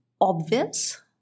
obvious